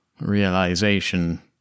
realization